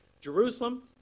Jerusalem